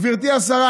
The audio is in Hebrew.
גברתי השרה,